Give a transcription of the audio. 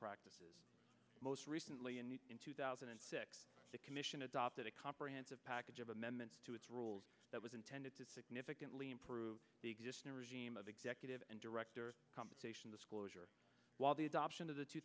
practices most recently in the in two thousand and six the commission adopted a comprehensive package of amendments to its rules that was intended to significantly improve the existing regime of executive and director compensation disclosure while the adoption of the two